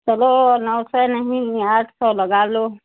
चलो नौ से नहीं आठ सौ लगा लो